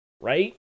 right